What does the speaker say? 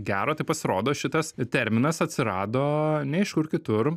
gero tai pasirodo šitas terminas atsirado ne iš kur kitur